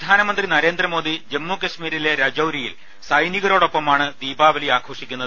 പ്രധാനമന്ത്രി നരേന്ദ്രമോദി ജമ്മുകശ്മീരിലെ രജൌരിയിൽ സൈനികരോടൊപ്പമാണ് ദീപാവലി ആഘോഷിക്കുന്നത്